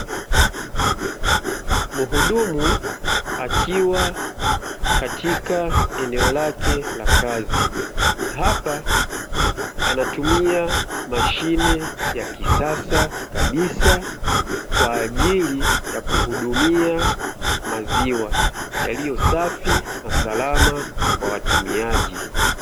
Mhudumu akiwa katika eneo lake la kazi, hapa anatumia mashine ya kisasa kabisa kwa ajili ya kuhudumia maziwa yaliyo safi na salama kwa watumiaji.